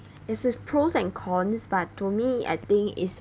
there's is pros and cons but to me I think is